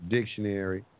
Dictionary